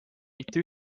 mitte